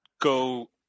go